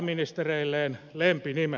arvoisa puhemies